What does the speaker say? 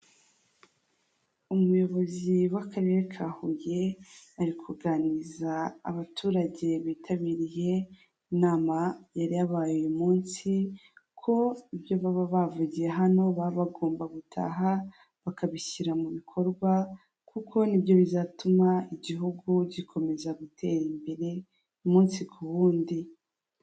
Umuyobozi w'akarere ka Huye ari kuganiriza abaturage bitabiriye inama yari yabaye uyu munsi, ko ibyo baba bavugiye hano baba bagomba gutaha bakabishyira mu bikorwa kuko nibyo bizatuma igihugu gikomeza gutera imbere umunsi ku wundi.